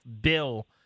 bill